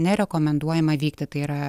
nerekomenduojama vykti tai yra